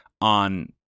on